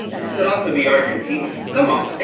this could also be argentina. come on,